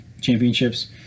championships